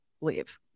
leave